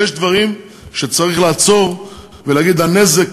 יש דברים שצריך לעצור ולהגיד: הנזק